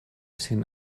sin